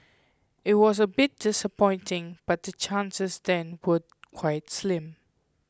it was a bit disappointing but the chances then were quite slim